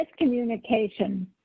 miscommunication